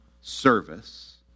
service